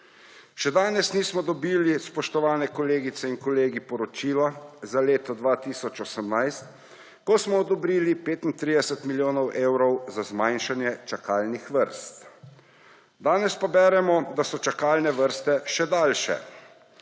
Še danes nismo dobili, spoštovani kolegice in kolegi, poročila za leto 2018, ko smo odobrili 35 milijonov evrov za zmanjšanje čakalnih vrst. Danes pa beremo, da so čakalne vrste še daljše.